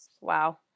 Wow